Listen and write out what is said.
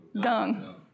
dung